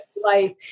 life